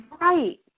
right